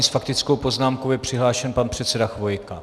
S faktickou poznámkou je přihlášen pan předseda Chvojka.